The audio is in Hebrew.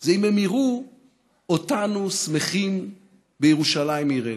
היא שהם יראו אותנו שמחים בירושלים עירנו.